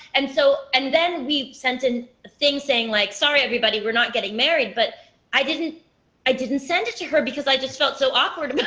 and so and then we sent a and thing saying, like, sorry, everybody. we're not getting married. but i didn't i didn't send it to her, because i just felt so awkward